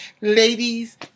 Ladies